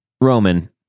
Roman